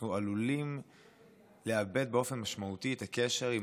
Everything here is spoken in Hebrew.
אנו עלולים לאבד באופן משמעותי את הקשר עם